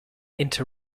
into